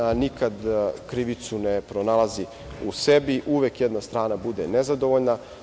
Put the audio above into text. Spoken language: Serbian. Nikad krivicu ne pronalazi u sebi, uvek jedna strana bude nezadovoljna.